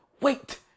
Wait